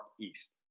east